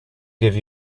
give